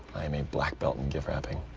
i am a black belt in gift wrapping.